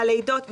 הלידות,